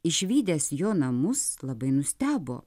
išvydęs jo namus labai nustebo